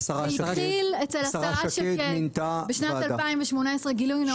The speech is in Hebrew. זה התחיל אצל השרה שקד בשנת 2018. גילוי נאות,